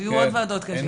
שיהיו עוד וועדות כאלה.